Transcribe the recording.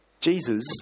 Jesus